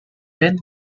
ben